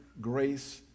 grace